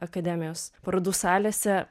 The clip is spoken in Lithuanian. akademijos parodų salėse